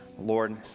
Lord